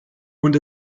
und